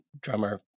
drummer